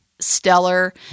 stellar